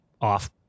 off